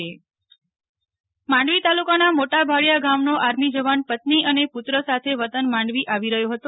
નેહલ ઠક્કર માંડવી તાલુકાના મોટા ભાડિયા ગામનો આર્મી જવાન પત્ની અને પુત્ર સાથે વતન માંડવી આવી રહ્યો હતો